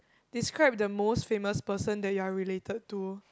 describe the most famous person that you are related to